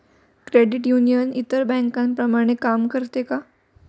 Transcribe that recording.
Credit union इतर बँकांप्रमाणे काम करते का?